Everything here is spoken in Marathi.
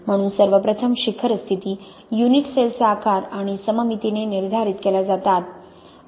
म्हणून सर्व प्रथम शिखर स्थिती युनिट सेलचा आकार आणि सममितीने निर्धारित केल्या जातात